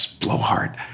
blowhard